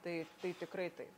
tai tai tikrai taip